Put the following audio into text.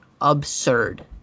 absurd